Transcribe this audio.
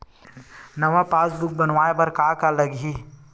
नवा पासबुक बनवाय बर का का लगही?